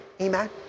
Amen